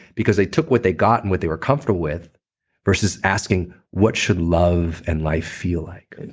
because they took what they got and what they were comfortable with versus asking, what should love and life feel like?